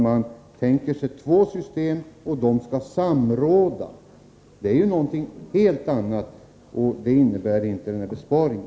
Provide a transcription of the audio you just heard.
Man tänker sig i stället två system som skall ”samråda”. Det är någonting helt annat och innebär inte denna besparing.